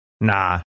Nah